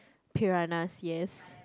Piranhas yes